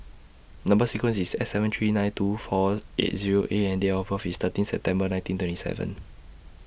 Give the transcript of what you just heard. Number sequence IS S seven three nine two four eight Zero A and Date of birth IS thirteenth September nineteen twenty seven